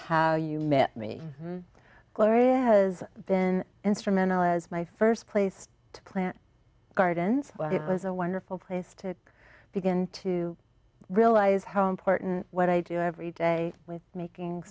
how you met me gloria has been instrumental as my st place to plant gardens it was a wonderful place to begin to realize how important what i do every day with making